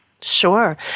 Sure